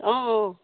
অঁ অঁ